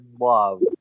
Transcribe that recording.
love